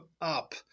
up